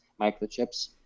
microchips